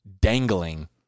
dangling